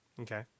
Okay